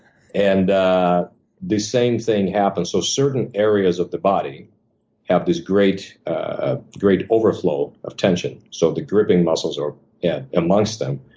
and the same thing happens. so certain areas of the body have this great ah great overflow of tension, so the gripping muscles are and amongst them.